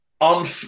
On